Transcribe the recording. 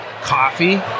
coffee